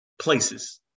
places